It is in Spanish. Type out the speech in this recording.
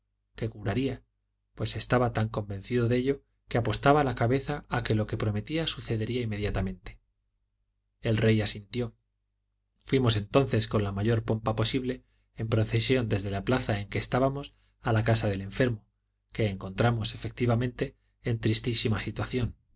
que curaría pues estaba tan convencido de ello que apostaba la cabeza a que lo que prometía sucedería inmediatamente el rey asintió fuimos entonces con la mayor pompa posible en procesión desde la plaza en que estábamos a la casa del enfermo que encontramos efectivamente en tristísima situación